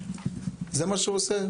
זה מה שהוא עושה.